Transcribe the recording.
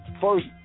first